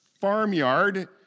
farmyard